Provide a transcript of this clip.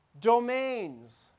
domains